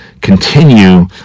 continue